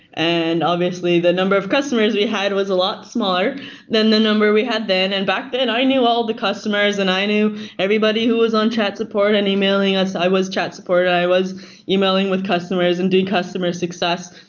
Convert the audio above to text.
and obviously, the number of customers we had was a lot smaller than the number we had then. and back then, i knew all the customers and i knew everybody who was on chat-support and emailing us. i was chat-support. i was emailing with customers and doing customer success,